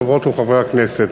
חברות וחברי הכנסת,